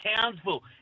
Townsville